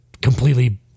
completely